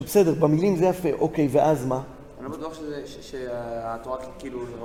בסדר, במילים זה יפה, אוקיי ואז מה? אני לא בטוח שזה, שהתורה כאילו...